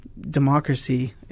democracy